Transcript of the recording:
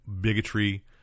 bigotry